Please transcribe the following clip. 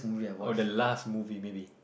or the last movie maybe